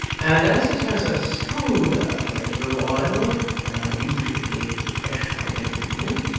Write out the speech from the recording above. and as it has a stronger flavour of oil than i usually refresh my bedroom with,